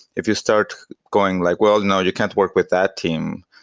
if you start going like, well, no, you can't work with that team.